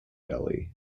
delhi